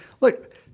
Look